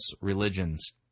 religions